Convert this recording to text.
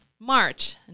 March